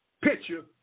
picture